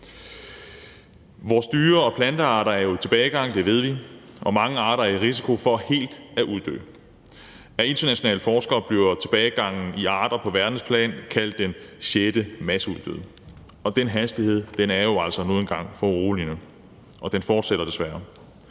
Vores dyre- og plantearter er jo i tilbagegang – det ved vi – og mange arter er i risiko for helt at uddø. Af internationale forskere bliver tilbagegangen i arter på verdensplan kaldt den sjette masseuddøen. Hastigheden er jo altså foruroligende, og det fortsætter desværre.